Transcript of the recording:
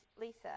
Lisa